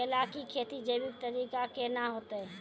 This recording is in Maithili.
केला की खेती जैविक तरीका के ना होते?